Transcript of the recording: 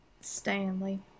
stanley